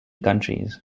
countries